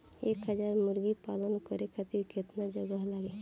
एक हज़ार मुर्गी पालन करे खातिर केतना जगह लागी?